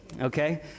okay